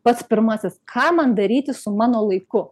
pats pirmasis ką man daryti su mano laiku